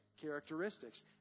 Characteristics